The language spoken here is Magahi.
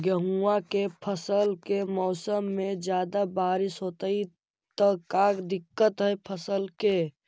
गेहुआ के फसल के मौसम में ज्यादा बारिश होतई त का दिक्कत हैं फसल के?